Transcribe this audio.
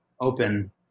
open